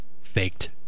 faked